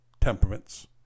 temperaments